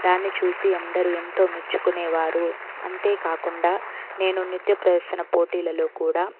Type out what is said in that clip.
దాన్ని చూసి అందరూ ఎంతో మెచ్చుకునే వారు అంతే కాకుండా నేను నృత్య ప్రదర్శన పోటీలలో కూడా